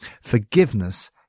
forgiveness